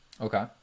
Okay